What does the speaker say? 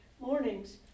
mornings